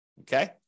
Okay